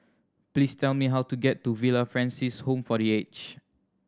please tell me how to get to Villa Francis Home for The Aged